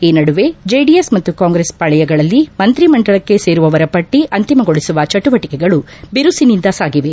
ಈ ನಡುವೆ ಜೆಡಿಎಸ್ ಮತ್ತು ಕಾಂಗ್ರೆಸ್ ಪಾಳೆಯಗಳಲ್ಲಿ ಮಂತ್ರಿ ಮಂಡಲಕ್ಷೆ ಸೇರುವವರ ಪಟ್ಟಿ ಅಂತಿಮಗೊಳಿಸುವ ಚಟುವಟಿಗಳು ಬಿರುಸಿನಿಂದ ಸಾಗಿವೆ